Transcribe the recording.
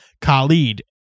Khalid